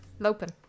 Lopen